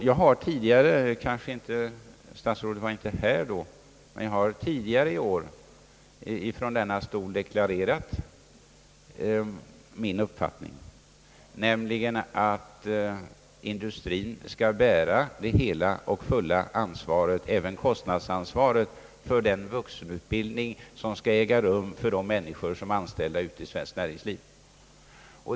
Jag har tidigare i år — herr statsrådet var då kanske inte här närvarande — från denna talarstol deklarerat min uppfattning, nämligen att industrien skall bära det hela och fulla ansvaret, även kostnadsansvaret, för den vuxenutbildning som skall meddelas anställda i svenskt näringsliv.